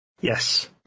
Yes